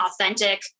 authentic